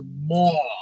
more